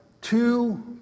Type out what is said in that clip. two